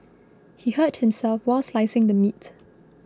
he hurt himself while slicing the meat